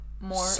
more